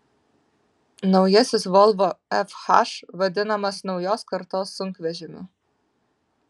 naujasis volvo fh vadinamas naujos kartos sunkvežimiu